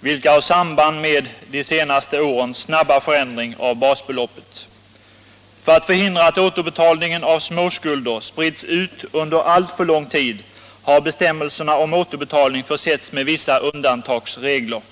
vilka har samband med de senaste årens snabba förändring av basbeloppet. För att förhindra att återbetalningen av småskulder sprids ut under alltför lång tid har bestämmelserna om återbetalning försetts med vissa undantagsregler.